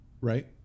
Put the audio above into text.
right